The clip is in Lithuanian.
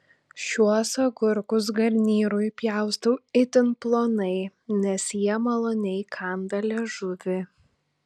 šiuos agurkus garnyrui pjaustau itin plonai nes jie maloniai kanda liežuvį